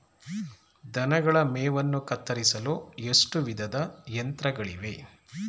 ದನಗಳ ಮೇವನ್ನು ಕತ್ತರಿಸಲು ಎಷ್ಟು ವಿಧದ ಯಂತ್ರಗಳಿವೆ?